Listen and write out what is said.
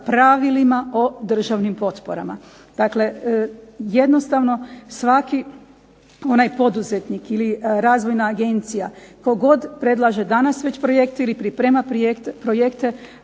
o državnim potporama. Dakle, jednostavno svaki onaj poduzetnik ili razvojna agencija, tko god predlaže danas već projekte ili priprema projekte